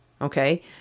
okay